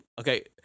okay